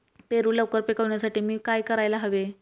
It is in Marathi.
पेरू लवकर पिकवण्यासाठी मी काय करायला हवे?